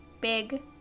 big